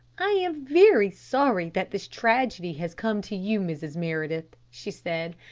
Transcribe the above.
i am very sorry that this tragedy has come to you, mrs. meredith, she said.